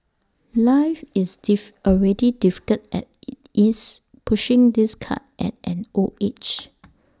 life is diff already difficult as IT is pushing this cart at an old age